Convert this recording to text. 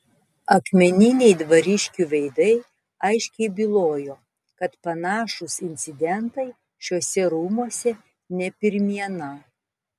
akmeniniai dvariškių veidai aiškiai bylojo kad panašūs incidentai šiuose rūmuose ne pirmiena